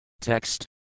Text